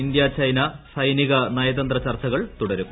India China സൈനിക നയതന്ത്ര ചർച്ചകൾ തുടരും